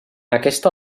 aquesta